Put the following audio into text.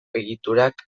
egiturak